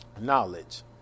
knowledge